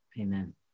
Amen